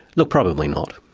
look, probably not.